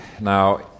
now